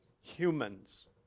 humans